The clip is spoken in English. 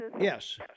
Yes